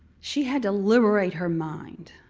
she had to liberate her mind.